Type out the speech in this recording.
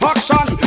Action